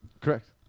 Correct